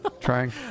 Trying